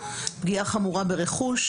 פגיעה חמורה ברכוש,